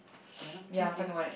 ya lah mm K